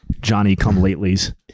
Johnny-come-latelys